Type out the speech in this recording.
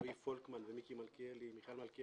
רועי פולקמן ומיכאל מלכיאלי,